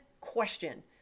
question